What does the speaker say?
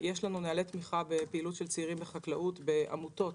יש לנו נהלי תמיכה בפעילות של צעירים בחקלאות בעמותות